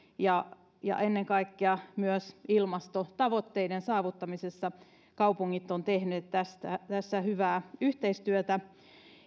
ennen kaikkea myös ilmastotavoitteiden saavuttamisessa kaupungit ovat tehneet hyvää yhteistyötä